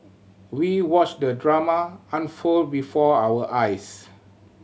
we watched the drama unfold before our eyes